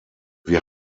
wir